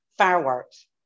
fireworks